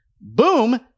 boom